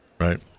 Right